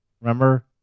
Remember